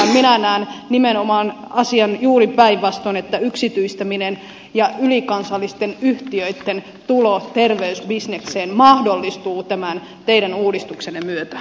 minä näen nimenomaan asian juuri päinvastoin että yksityistäminen ja ylikansallisten yhtiöitten tulo terveysbisnekseen mahdollistuu tämän teidän uudistuksenne myötä